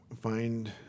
find